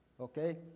Okay